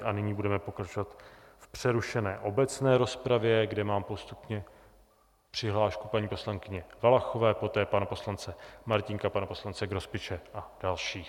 A nyní budeme pokračovat v přerušené obecné rozpravě, kde mám postupně přihlášku paní poslankyně Valachové, poté pana poslance Martínka, pana poslance Grospiče a dalších.